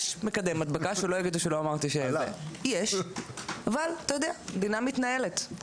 יש מקדם הדבקה, אבל המדינה מתנהלת.